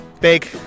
big